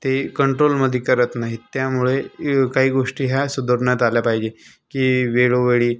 ते कंट्रोलमध्ये करत नाहीत त्यामुळे काही गोष्टी ह्या सुधारण्यात आल्या पाहिजे की वेळोवेळी